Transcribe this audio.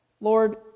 Lord